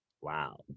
Wow